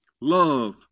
love